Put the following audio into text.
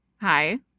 hi